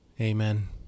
Amen